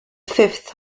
fifth